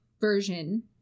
version